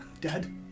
Dad